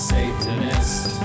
Satanist